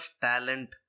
talent